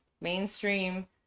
mainstream